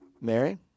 mary